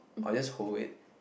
I'll just hold it